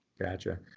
Gotcha